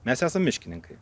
mes esam miškininkai